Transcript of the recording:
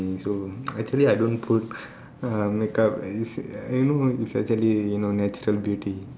me so actually I don't put uh makeup at least you you know is actually you know is natural beauty